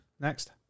Next